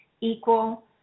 equal